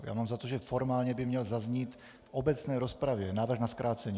Já mám za to, že formálně by měl zaznít v obecné rozpravě návrh na zkrácení.